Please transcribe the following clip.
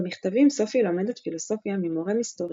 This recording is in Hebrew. במכתבים סופי לומדת פילוסופיה ממורה מסתורי,